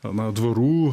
na dvarų